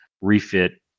refit